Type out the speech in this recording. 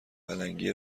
پلنگی